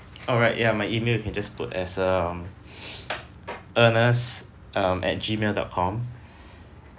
alright ya my email you can just put as um ernest um at gmail dot com